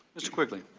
mr. quigley.